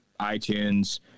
iTunes